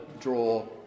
draw